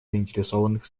заинтересованных